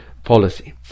policy